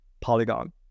polygon